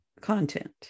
content